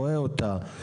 רואה אותה.